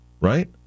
right